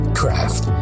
craft